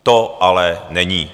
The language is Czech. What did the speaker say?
To ale není.